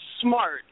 smart